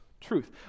truth